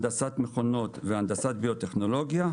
הנדסת מכונות והנדסת ביו-טכנולוגיה,